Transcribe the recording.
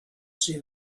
see